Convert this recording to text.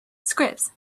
scripts